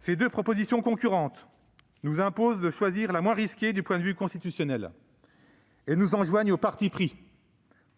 Ces deux propositions concurrentes nous imposent de choisir la moins risquée du point de vue constitutionnel et nous enjoignent donc au parti pris.